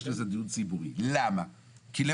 יש לזה דיון ציבורי.